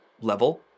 level